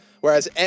Whereas